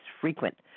frequent